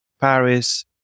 Paris